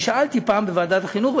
שאלתי פעם בוועדת החינוך,